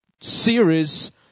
series